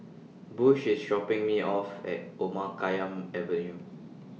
Bush IS dropping Me off At Omar Khayyam Avenue